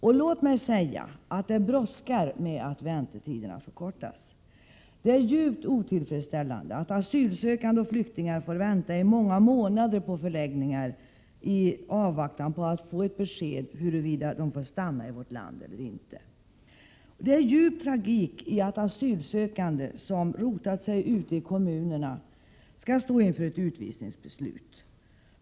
Och låt mig säga att det brådskar med att väntetiderna förkortas. Det är djupt otillfredsställande att asylsökande och flyktingar får vänta i många månader på förläggningar i avvaktan på att få ett besked huruvida de får stanna i vårt land eller inte. Det är djup tragik i att asylsökande som rotat sig ute i kommunerna skall stå inför ett utvisningsbeslut.